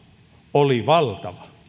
oli valtava